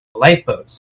lifeboats